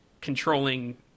controlling